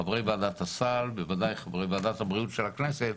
חברי ועדת הסל ובוודאי חברי ועדת הבריאות של הכנסת,